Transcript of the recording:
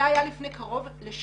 זה היה לפני קרוב לשנה.